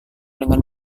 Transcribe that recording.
dengan